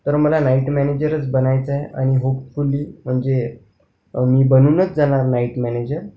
कारण मला नाईट मॅनेजरच बनायचं आहे आणि होपफुली म्हणजे मी बनूनच जाणार नाईट मॅनेजर